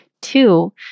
Two